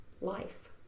life